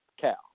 Cal